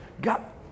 got